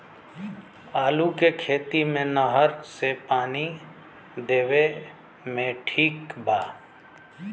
आलू के खेती मे नहर से पानी देवे मे ठीक बा?